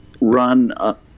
Run